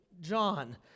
John